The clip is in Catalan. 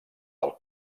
del